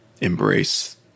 embrace